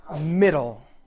middle